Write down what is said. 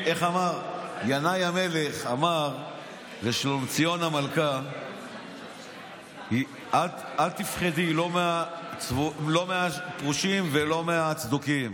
ינאי המלך אמר לשלומציון המלכה: את אל תפחדי לא מהפרושים ולא מהצדוקים,